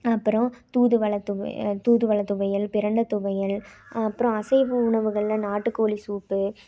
அப்பறம் தூதுவளை துவயல் தூதுவளை துவையல் பிரண்டை துவையல் அப்றம் அசைவ உணவுகளில் நாட்டுக்கோழி சூப்பு